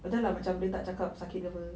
dah lah macam dia tak cakap sakit apa